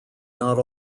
not